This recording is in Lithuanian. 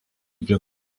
prie